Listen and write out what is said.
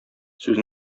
сүз